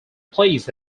plays